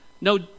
no